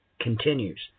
continues